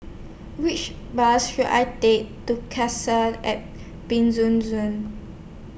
Which Bus should I Take to Cassia At Penjuju